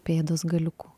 pėdos galiukų